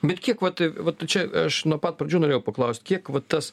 bet kiek vat vat čia aš nuo pat pradžių norėjau paklaust kiek va tas